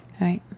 right